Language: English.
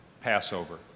Passover